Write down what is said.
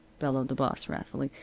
bellowed the boss, wrathfully.